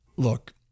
Look